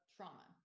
trauma